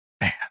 man